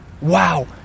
Wow